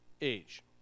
age